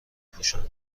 پوشن